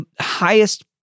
highest